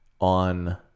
on